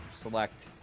select